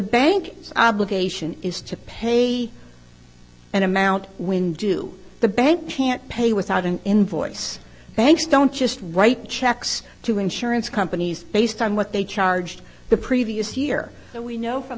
bank obligation is to pay an amount when do the banks can't pay without an invoice banks don't just write checks to insurance companies based on what they charged the previous year and we know from